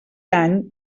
any